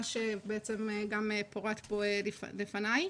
מה שפורט פה לפני.